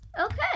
Okay